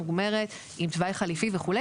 מוגמרת עם תוואי חליפי וכו'.